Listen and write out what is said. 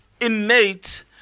innate